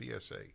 PSA